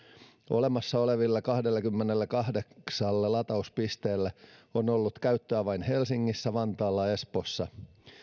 olemassa olevilla kahdellakymmenelläkahdeksalla latauspisteellä on on ollut käyttöä vain helsingissä vantaalla ja espoossa